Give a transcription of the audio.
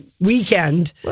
Weekend